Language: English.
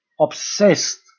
Obsessed